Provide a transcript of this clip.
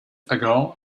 ago